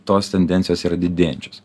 tos tendencijos yra didėjančios